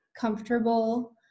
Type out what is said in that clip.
comfortable